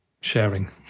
sharing